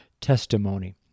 testimony